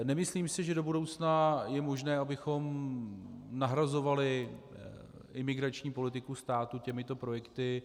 Nemyslím si, že do budoucna je možné, abychom nahrazovali imigrační politiku státu těmito projekty.